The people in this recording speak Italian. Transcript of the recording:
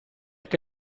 che